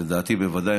לדעתי בוודאי,